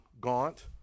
gaunt